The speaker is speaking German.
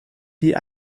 die